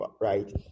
right